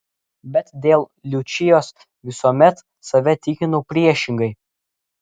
bet dėl liučijos visuomet save tikinau priešingai